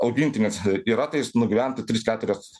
augintinis yra tai jis nugyventų tris keturias